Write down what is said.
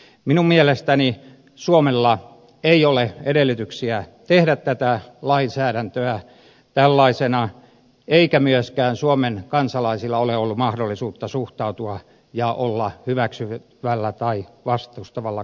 minun mielestäni suomella ei ole edellytyksiä tehdä tätä lainsäädäntöä tällaisena eikä myöskään suomen kansalaisilla ole ollut mahdollisuutta suhtautua ja olla hyväksyvällä tai vastustavalla kannalla